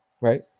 right